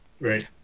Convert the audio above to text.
right